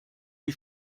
die